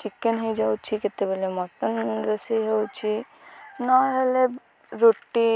chicken ହୋଇଯାଉଛି କେତେବେଳେ mutton ରୋଷେଇ ହେଉଛି ନହେଲେ ରୁଟି